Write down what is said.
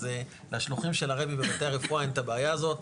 אז לשלוחים של הרבי בבתי הרפואה אין את הבעיה הזאת,